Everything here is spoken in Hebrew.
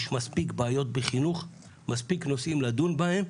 יש מספיק בעיות בחינוך, מספיק נושאים לדון בהם.